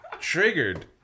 Triggered